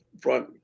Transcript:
front